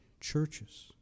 churches